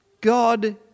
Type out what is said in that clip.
God